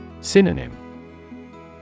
Synonym